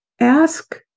ask